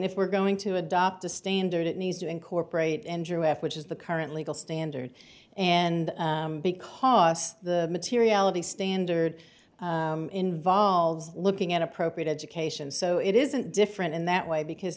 if we're going to adopt a standard it needs to incorporate n g o s which is the current legal standard and because the materiality standard involves looking at appropriate education so it isn't different in that way because